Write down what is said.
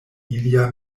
ilia